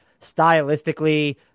stylistically